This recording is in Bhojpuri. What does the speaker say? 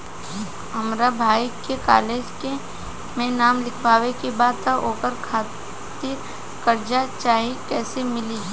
हमरा भाई के कॉलेज मे नाम लिखावे के बा त ओकरा खातिर कर्जा चाही कैसे मिली?